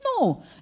No